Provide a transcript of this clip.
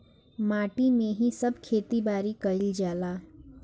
माटी में ही सब खेती बारी कईल जाला